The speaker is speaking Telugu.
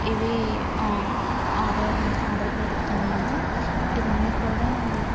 ఇవి ఆ ఆర్డర్ పెడుతున్నాము ఇవన్నీ కూడా